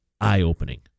eye-opening